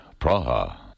Praha